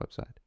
website